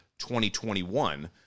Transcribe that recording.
2021